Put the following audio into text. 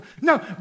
No